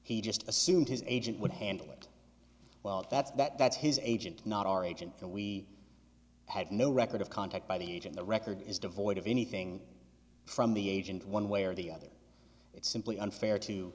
he just assumed his agent would handle it well that's that that's his agent not our agent and we had no record of contact by the agent the record is devoid of anything from the agent one way or the other it's simply unfair to